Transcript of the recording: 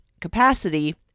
capacity